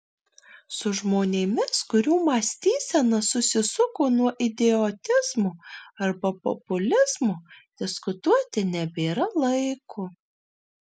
su žmonėmis kurių mąstysena susisuko nuo idiotizmo arba populizmo diskutuoti nebėra laiko